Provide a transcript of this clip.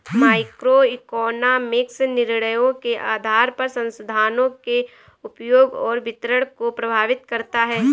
microeconomics निर्णयों के आधार पर संसाधनों के उपयोग और वितरण को प्रभावित करता है